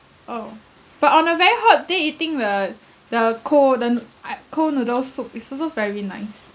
oh but on a very hot day eating the the cold the noo~ I cold noodle soup is also very nice